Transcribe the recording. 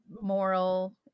moral